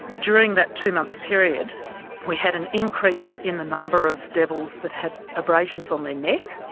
during that two-month period we had an increase in the number of devils that had abrasions on their neck,